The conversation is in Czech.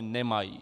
Nemají.